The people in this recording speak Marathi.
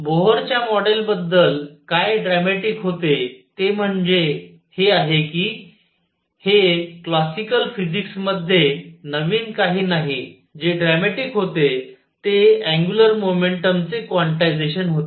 बोहरच्या मॉडेलबद्दल काय ड्रॅमॅटिक होते ते म्हणजे हे आहे कि हे क्लासिकल फिजिक्स मध्ये नवीन काही नाही जे ड्रॅमॅटिक होते ते अंगुलर मोमेंटम चे क्वांटायझेशन होते